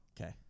Okay